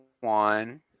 one